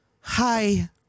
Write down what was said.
hi